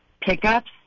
pickups